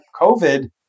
COVID